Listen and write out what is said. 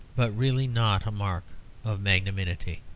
but really not a mark of magnanimity.